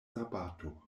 sabato